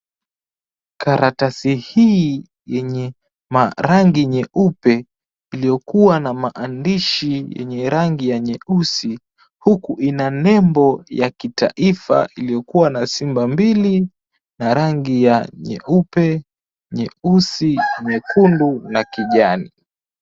Karatasi hii yenye rangi nyeupe iliyokuwa na maandishi yenye rangi ya nyeusi huku inanembo ya kitaifa iliyokuwa na simba mbili na rangi ya nyeupe, nyeusi, nyekundu na kijani.